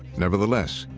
nevertheless,